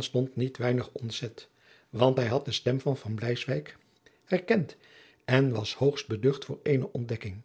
stond niet weinig ontzet want hij had de stem van van bleiswyk herkend en was hoogst beducht voor eene ontdekking